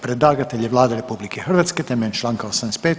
Predlagatelj je Vlada RH temeljem članka 85.